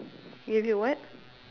give you what